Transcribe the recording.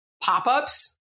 pop-ups